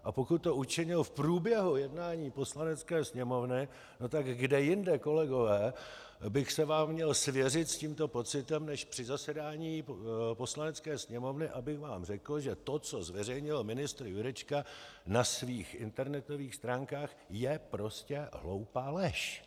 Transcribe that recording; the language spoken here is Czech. A pokud to učinil v průběhu jednání Poslanecké sněmovny, tak kde jinde, kolegové, bych se vám měl svěřit s tímto pocitem než při zasedání Poslanecké sněmovny, abych vám řekl, že to, co zveřejnil ministr Jurečka na svých internetových stránkách, je prostě hloupá lež?